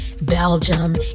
Belgium